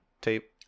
tape